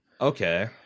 Okay